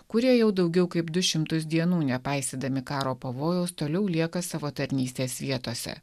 kurie jau daugiau kaip du šimtus dienų nepaisydami karo pavojaus toliau lieka savo tarnystės vietose